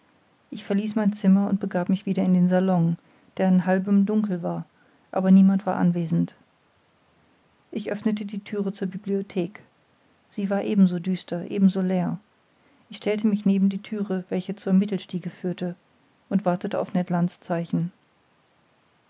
ich verließ mein zimmer und begab mich wieder in den salon der in halbem dunkel war aber niemand war anwesend ich öffnete die thüre zur bibliothek sie war ebenso düster ebenso leer ich stellte mich neben die thüre welche zur mittelstiege führte und wartete auf